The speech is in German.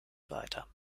weiter